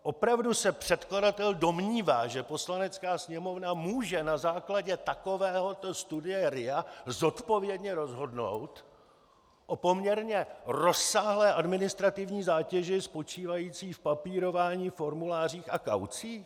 Opravdu se předkladatel domnívá, že Poslanecká sněmovna může na základě takovéto studie RIA zodpovědně rozhodnout o poměrně rozsáhlé administrativní zátěži spočívající v papírování, formulářích a kaucích?